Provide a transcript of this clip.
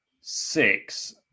six